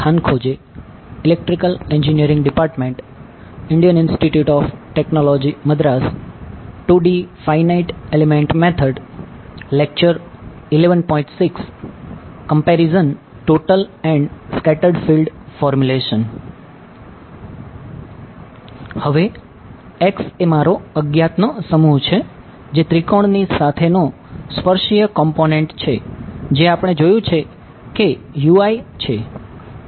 હવે x એ મારો અજ્ઞાત છે જે આપણે જોયું છે કે છે